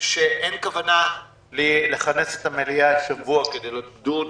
שאין כוונה לכנס את המליאה השבוע כדי לדון